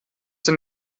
denn